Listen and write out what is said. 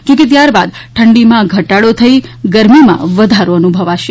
જોકે ત્યારબાદ ઠંડીમાં ઘટાડો થઇ ગરમીમાં વધારો અનુભવાશે